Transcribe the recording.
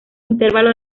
intervalo